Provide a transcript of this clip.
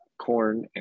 corn